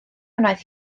wnaeth